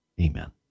amen